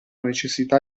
necessità